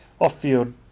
off-field